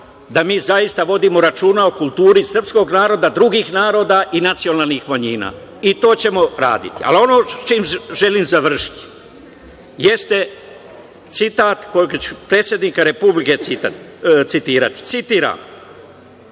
da mi zaista vodimo računa o kulturi srpskog naroda, drugih naroda i nacionalnih manjina. To ćemo raditi. Ono sa čime želim završiti jeste citat kojeg ću predsednika Republike citirati, citiram,